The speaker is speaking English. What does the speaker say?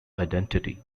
identity